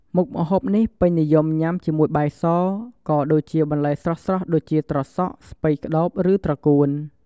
មុខម្ហូបនេះពេញនិយមញ៉ាំជាមួយបាយស ក៏ដូចជាបន្លែស្រស់ៗដូចជាត្រសក់ ស្ពៃក្ដោប ឬត្រកួន។